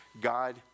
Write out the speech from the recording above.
God